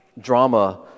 drama